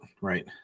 Right